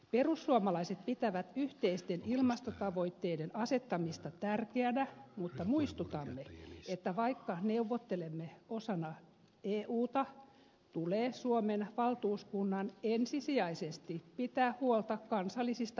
perussuomalaiset pitävät yhteisten ilmastotavoitteiden asettamista tärkeänä mutta muistutamme että vaikka neuvottelemme osana euta tulee suomen valtuuskunnan ensisijaisesti pitää huolta kansallisista eduistamme